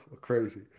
Crazy